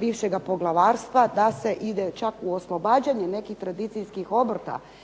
bivšega poglavarstva da se ide čak u oslobađanje nekih tradicijskih obrta,